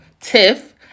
Tiff